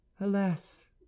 alas